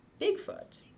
Bigfoot